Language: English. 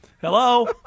Hello